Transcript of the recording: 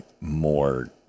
more